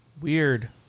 Weird